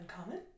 common